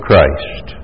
Christ